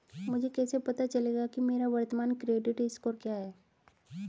मुझे कैसे पता चलेगा कि मेरा वर्तमान क्रेडिट स्कोर क्या है?